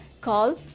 call